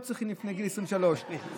והם לא צריכים לפני גיל 23. אני אגיד לך מה.